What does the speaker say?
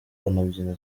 banabyina